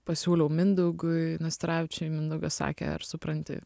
pasiūliau mindaugui nastaravičiui mindaugas sakė ar supranti